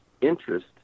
interest